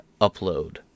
upload